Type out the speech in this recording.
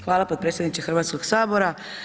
Hvala potpredsjedniče Hrvatskog sabora.